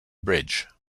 bridge